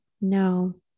No